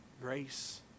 grace